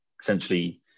essentially